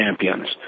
champions